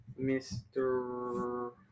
Mr